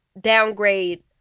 downgrade